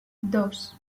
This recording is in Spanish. dos